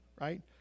right